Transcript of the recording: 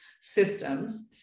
systems